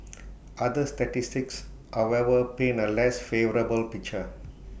other statistics however paint A less favourable picture